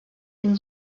den